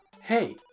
hey